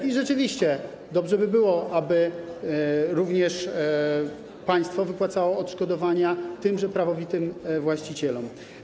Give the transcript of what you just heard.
I rzeczywiście, dobrze by było, aby również państwo wypłacało odszkodowania tymże prawowitym właścicielom.